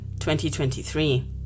2023